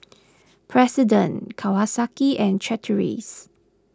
President Kawasaki and Chateraise